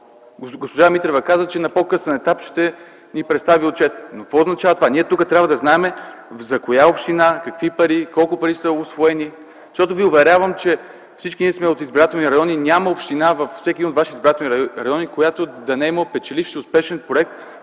Госпожа Митрева каза, че на по-късен етап ще ни представи отчет, но какво означава това? Ние тук трябва да знаем за коя община какви пари, колко пари са усвоени. Защото ви уверявам, че всички ние сме от избирателни райони – няма община във всеки един от вашите избирателни райони, която да не е имала печеливш, успешен проект